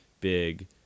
big